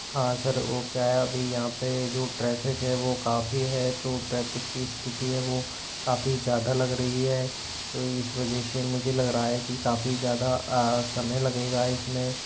हाँ सर वो क्या है अभी यहाँ पे जो ट्रैफ़िक है वो काफ़ी है तो ट्रैफिक की स्थिति है वो काफ़ी ज़्यादा लग रही है तो इस वजह से मुझे लग रहा है कि काफ़ी ज़्यादा समय लगेगा इसमें